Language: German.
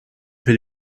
für